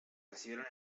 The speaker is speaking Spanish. recibieron